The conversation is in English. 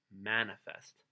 Manifest